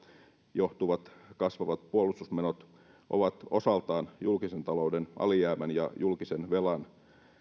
johtuvat kasvavat puolustusmenot ovat osaltaan julkisen talouden alijäämän ja julkisen velan